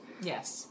Yes